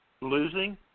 losing